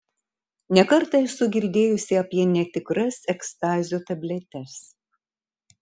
ne kartą esu girdėjusi apie netikras ekstazio tabletes